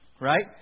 right